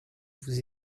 vous